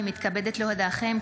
הינני מתכבדת להודיעכם,